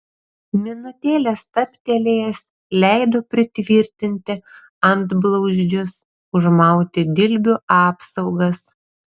minutėlę stabtelėjęs leido pritvirtinti antblauzdžius užmauti dilbių apsaugas